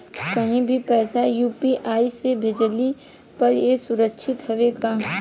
कहि भी पैसा यू.पी.आई से भेजली पर ए सुरक्षित हवे का?